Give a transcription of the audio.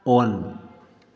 on